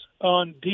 on